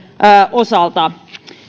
osalta